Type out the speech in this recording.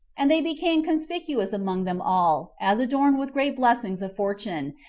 and they became conspicuous among them all, as adorned with great blessings of fortune,